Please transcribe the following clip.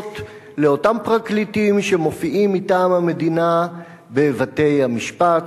לאותם פרקליטים שמופיעים מטעם המדינה בבתי-המשפט,